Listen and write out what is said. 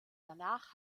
danach